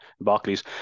barclays